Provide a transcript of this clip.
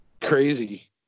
crazy